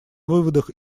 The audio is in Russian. выводах